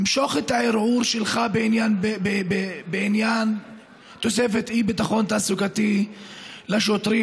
משוך את הערעור שלך בעניין תוספת אי-ביטחון תעסוקתי לשוטרים,